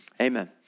Amen